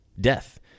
death